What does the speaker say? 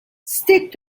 stick